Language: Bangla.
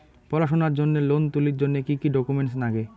পড়াশুনার জন্যে লোন তুলির জন্যে কি কি ডকুমেন্টস নাগে?